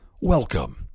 Welcome